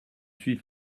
suis